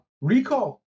recall